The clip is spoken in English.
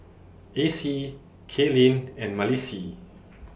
Acey Kaylyn and Malissie